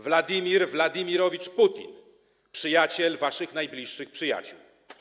Władimir Władimirowicz Putin, przyjaciel waszych najbliższych przyjaciół.